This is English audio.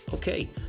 Okay